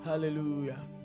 Hallelujah